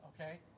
okay